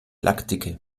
lackdicke